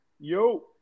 Yo